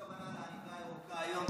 ולא הייתה שום כוונה בעניבה הירוקה היום,